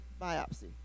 biopsy